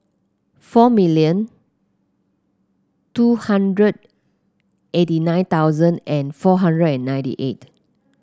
four million two hundred eighty nine thousand and four hundred and ninety eight